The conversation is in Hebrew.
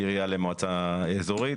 עירייה למועצה אזורית.